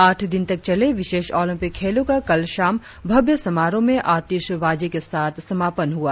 आठ दिन तक चले विशेष ओलम्पिक खेलों का कल शाम भव्य समारोह में आतिशबाजी के साथ समापन हुआ